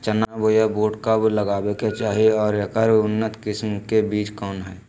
चना बोया बुट कब लगावे के चाही और ऐकर उन्नत किस्म के बिज कौन है?